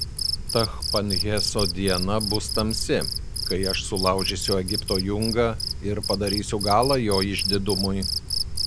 tachpanheso diena bus tamsi kai aš sulaužysiu egipto jungą ir padarysiu galą jo išdidumui